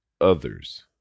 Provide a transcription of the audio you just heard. others